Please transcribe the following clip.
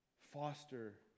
foster